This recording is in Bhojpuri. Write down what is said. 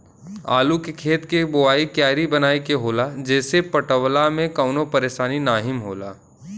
आलू के खेत के बोवाइ क्यारी बनाई के होला जेसे पटवला में कवनो परेशानी नाहीम होला